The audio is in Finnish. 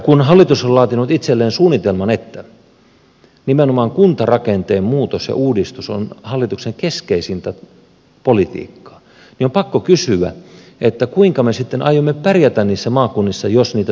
kun hallitus on laatinut itselleen suunnitelman että nimenomaan kuntarakenteen muutos ja uudistus on hallituksen keskeisintä politiikkaa on pakko kysyä kuinka me sitten aiomme pärjätä niissä maakunnissa jos niitä suurkuntia toteutetaan